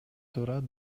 турат